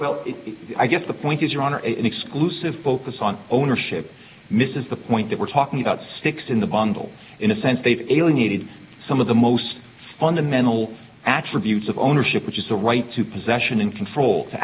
well i guess the point is your honor and exclusive focus on ownership misses the point that we're talking about sticks in the bundle in a sense they've alienated some of the most fundamental attributes of ownership which is the right to possession and control to